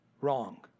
wrong